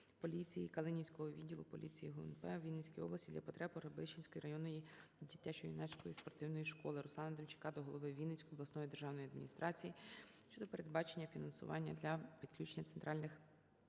поліції Калинівського відділу поліції ГУНП у Вінницькій області для потреб Погребищенської районної дитячої юнацької спортивної школи. Руслана Демчака до голови Вінницької обласної державної адміністрації щодо передбачення фінансування для підключення центральних